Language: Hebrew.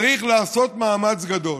צריך לעשות מאמץ גדול